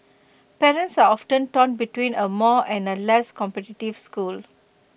parents are often torn between A more and A less competitive school